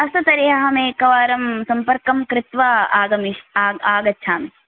अस्तु तर्हि अहमेकवारं सम्पर्कं कृत्वा आगमिष् आग् आगच्छामि